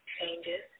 changes